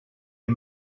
est